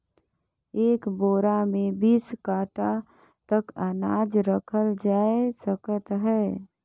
एक बोरा मे बीस काठा तक अनाज रखल जाए सकत अहे